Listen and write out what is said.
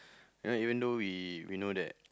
you know even though we we know that